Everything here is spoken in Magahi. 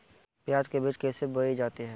प्याज के बीज कैसे बोई जाती हैं?